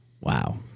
Wow